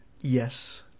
Yes